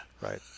Right